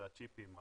הצ'יפים,